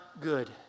good